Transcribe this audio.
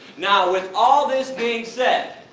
now with all this being said,